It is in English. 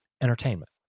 Entertainment